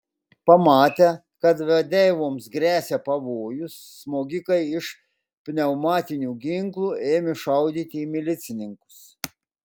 pamatę kad vadeivoms gresia pavojus smogikai iš pneumatinių ginklų ėmė šaudyti į milicininkus